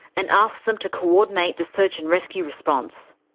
and asked them to coordinate the search and rescue response.